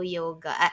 yoga